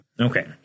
Okay